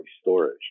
storage